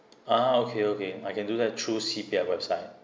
ah okay okay I can do that through C_P_F website